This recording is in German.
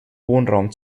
wohnraum